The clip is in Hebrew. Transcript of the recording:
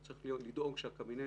הוא צריך לדאוג שהקבינט,